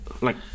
like-